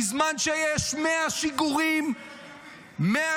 בזמן שיש 100 שיגורים ------- לצפון,